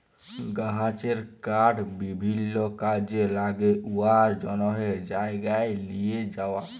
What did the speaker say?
গাহাচের কাঠ বিভিল্ল্য কাজে ল্যাগে উয়ার জ্যনহে জায়গায় লিঁয়ে যাউয়া